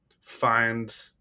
find